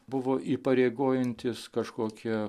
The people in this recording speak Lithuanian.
buvo įpareigojantys kažkokie